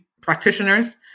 Practitioners